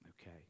Okay